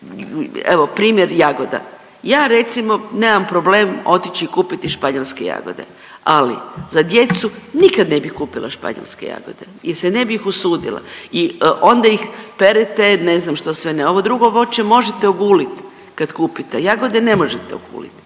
evo, primjer jagoda. Ja, recimo, nemam problem otići i kupiti španjolske jagode. Ali za djecu nikad ne bih kupila španjolske jagode jer se ne bih usudila i onda ih perete, ne znam što sve ne, ovo drugo voće možete oguliti kad kupite, jagode ne možete oguliti,